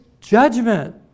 judgment